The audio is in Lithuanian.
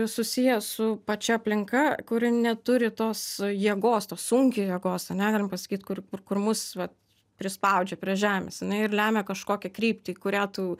susiję su pačia aplinka kuri neturi tos jėgos tos sunkio jėgos ane galim pasakyt kur kur mus vat prispaudžia prie žemės jinai ir lemia kažkokią kryptį į kurią tu